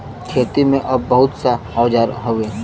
खेती में अब बहुत सा औजार हौ